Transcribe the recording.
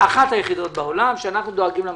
אחת היחידות בעולם שאנחנו דואגים למחוננים.